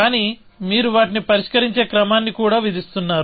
కానీ మీరు వాటిని పరిష్కరించే క్రమాన్ని కూడా విధిస్తున్నారు